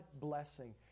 blessing